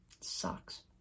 sucks